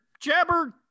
jabber